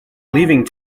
leaving